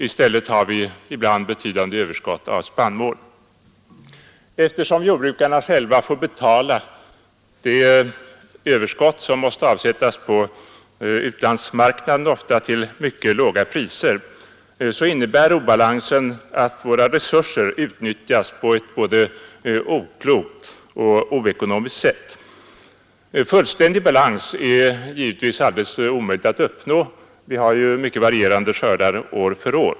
I stället har vi ibland betydande överskott av spannmål. Eftersom jordbrukarna själva får betala de överskott som måste avsättas på utlandsmarknaden — ofta till mycket låga priser — innebär obalansen att våra resurser utnyttjas på ett både oklokt och oekonomiskt sätt. Fullständig balans är det givetvis alldeles omöjligt att uppnå — vi har ju mycket varierande skördar år för år.